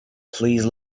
please